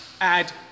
add